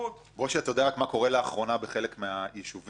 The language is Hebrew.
אתה יודע מה קורה לאחרונה בחלק מהישובים הקהילתיים?